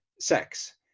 sex